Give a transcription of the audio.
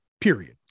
period